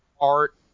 Art